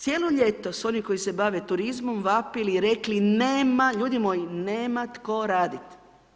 Cijelo ljeto su oni koji se bave turizmom vapili i rekli nema, ljudi moji nema tko raditi.